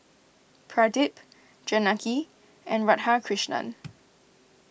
Pradip Janaki and Radhakrishnan